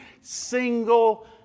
single